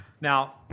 Now